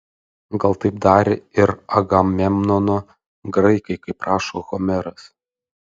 gal taip darė ir agamemnono graikai kaip rašo homeras